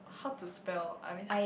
how to spell I mean